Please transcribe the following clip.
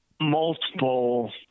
Multiple